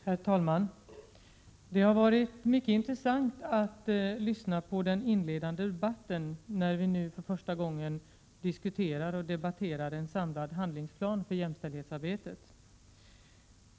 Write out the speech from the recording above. Herr talman! Det har varit mycket intressant att lyssna till den inledande debatten, när vi nu för första gången diskuterar och debatterar en samlad handlingsplan för jämställdhetsarbetet.